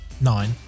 Nine